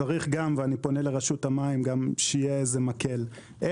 צריך שיהיה לזה מקל,